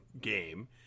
game